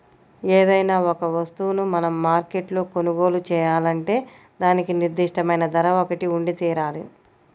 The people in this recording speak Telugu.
ఏదైనా ఒక వస్తువును మనం మార్కెట్లో కొనుగోలు చేయాలంటే దానికి నిర్దిష్టమైన ధర ఒకటి ఉండితీరాలి